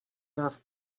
nás